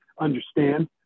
understand